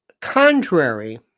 contrary